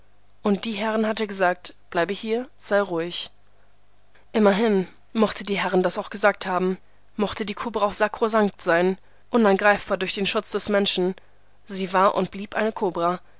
und die herrin hatte gesagt bleibe hier sei ruhig immerhin mochte die herrin das auch gesagt haben mochte die kobra auch sakrosankt sein unangreifbar durch den schutz des menschen sie war und blieb eine kobra